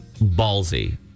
ballsy